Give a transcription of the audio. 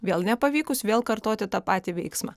vėl nepavykus vėl kartoti tą patį veiksmą